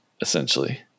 Essentially